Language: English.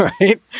right